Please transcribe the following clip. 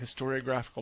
historiographical